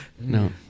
No